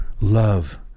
Love